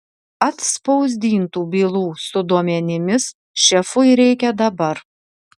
atspausdintų bylų su duomenimis šefui reikia dabar